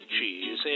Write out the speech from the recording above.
cheese